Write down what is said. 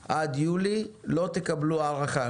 סעיף (2) היא סמכות ההארכה.